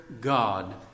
God